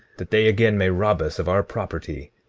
that they again may rob us of our property.